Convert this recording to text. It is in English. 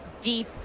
deep